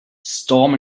storm